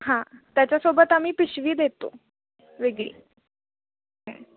हां त्याच्यासोबत आम्ही पिशवी देतो वेगळी